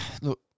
look